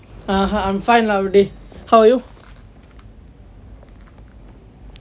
(uh huh) I'm fine lah everyday how are you